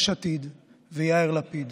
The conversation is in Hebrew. יש עתיד ויאיר לפיד.